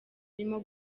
arimo